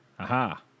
Aha